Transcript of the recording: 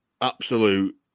absolute